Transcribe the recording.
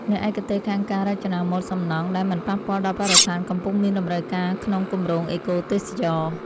អ្នកឯកទេសខាងការរចនាម៉ូដសំណង់ដែលមិនប៉ះពាល់ដល់បរិស្ថានកំពុងមានតម្រូវការក្នុងគម្រោងអេកូទេសចរណ៍។